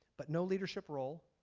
but no leadership role.